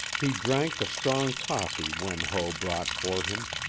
he drank the strong coffee wen ho brought for him,